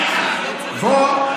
בוא,